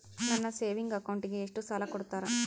ನನ್ನ ಸೇವಿಂಗ್ ಅಕೌಂಟಿಗೆ ಎಷ್ಟು ಸಾಲ ಕೊಡ್ತಾರ?